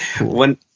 One